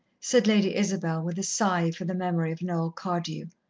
said lady isabel, with a sigh for the memory of noel cardew.